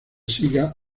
siga